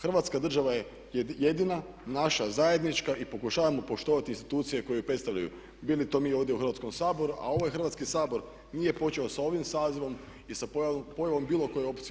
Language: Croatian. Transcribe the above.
Hrvatska država je jedina naša zajednička i pokušavamo poštovati institucije koje ju predstavljaju bili to mi ovdje u Hrvatskom saboru, a ovaj Hrvatski sabor nije počeo sa ovim sazivom i sa pojavom bilo koje opcije u sazivu.